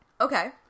Okay